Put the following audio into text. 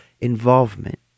involvement